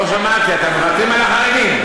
לא שמעתי, אתם מוותרים על החרדים?